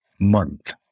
month